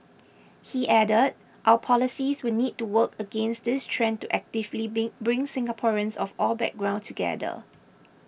he added our policies will need to work against this trend to actively been bring Singaporeans of all background together